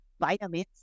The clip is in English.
vitamins